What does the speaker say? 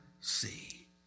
see